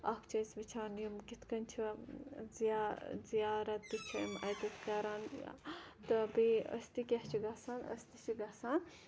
اَکھ چھِ أسۍ وٕچھان یِم کِتھ کٔنۍ چِھ زیارت تہِ چھِ یِم اَتہِ کَران تہٕ أسۍ تہِ کیاہ چھِ گَژھان أسۍ تہِ چھِ گَژھان